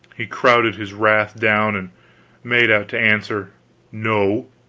he crowded his wrath down and made out to answer no.